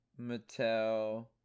Mattel